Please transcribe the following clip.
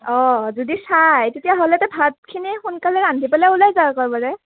অঁ যদি চাই তেতিয়াহ'লে তে ভাতখিনি সোনকালে ৰান্ধি পেলাই ওলাই যাওঁ একেবাৰে